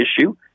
issue